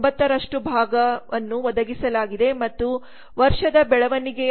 9 ನಷ್ಟು ಭಾಗವನ್ನು ಒದಗಿಸಲಾಗಿದೆ ಮತ್ತು ವರ್ಷದ ಬೆಳವಣಿಗೆಯ ವರ್ಷವು 7